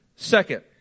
Second